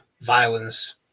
violence